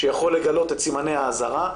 שיכול לגלות את סימני האזהרה,